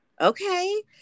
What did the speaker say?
Okay